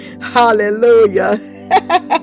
Hallelujah